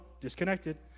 disconnected